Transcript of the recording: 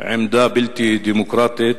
עמדה בלתי דמוקרטית,